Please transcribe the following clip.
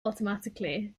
automatically